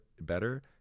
better